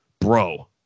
bro